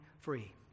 free